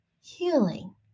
healing